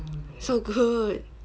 so good